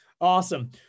Awesome